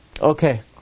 Okay